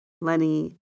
Lenny